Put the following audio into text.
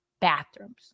bathrooms